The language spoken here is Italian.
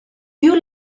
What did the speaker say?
più